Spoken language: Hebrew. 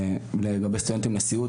לגבי סטודנטים לסיעוד.